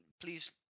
please